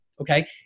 okay